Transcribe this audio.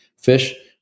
fish